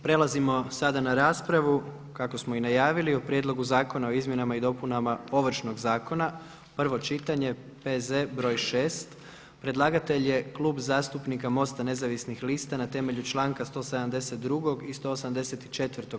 Prelazimo sada na raspravu kako smo i najavio o: - Prijedlog zakona o izmjenama i dopunama Ovršnog zakona, prvo čitanje, P.Z. broj 6. Predlagatelj je Klub zastupnika MOST-a Nezavisnih lista na temelju članka 172. i 184.